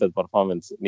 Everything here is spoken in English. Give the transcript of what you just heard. performance